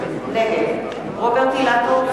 נגד רוברט אילטוב,